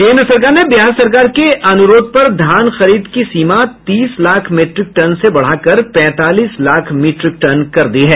केंद्र सरकार ने बिहार सरकार के अनुरोध पर धान खरीद की सीमा तीस लाख मीट्रिक टन से बढ़ाकर पैंतालीस लाख मीट्रिक टन कर दी है